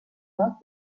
lug